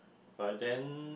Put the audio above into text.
but then